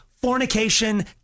fornication